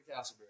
Castleberry